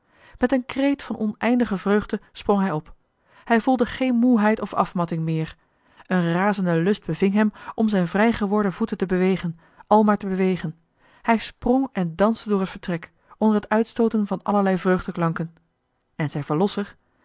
met een kreet van oneindige vreugde sprong hij op hij voelde geen moeheid of afmatting meer een razende lust beving hem om zijn vrij geworden voeten te bewegen al maar te bewegen hij sprong en danste door het vertrek onder het uitstooten van allerlei vreugdeklanken en zijn verlosser